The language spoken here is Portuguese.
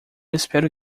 espero